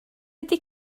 ydy